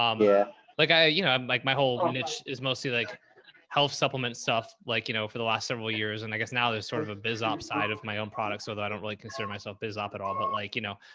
um yeah like i, you know, like my whole niche is mostly like health supplement stuff, like, you know, for the last several years. and i guess now there's sort of a biz op side of my own product so that i don't really consider myself biz op at all, but like, you know?